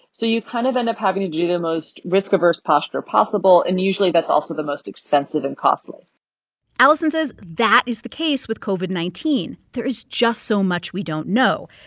so you kind of end up having to do the most risk-averse posture possible. and, usually, that's also the most expensive and costly allison says that is the case with covid nineteen. there is just so much we don't know.